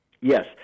Yes